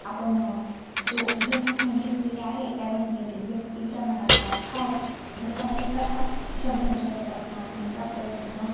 आपण जो जी घटना घेतलेली आहे त्या घटनेतील व्यक्तीच्या मनातला भाव जसाच्या तसा शब्दांच्या रूपात मांडण्याचा प्रयत्न